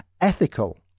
ethical